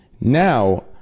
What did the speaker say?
Now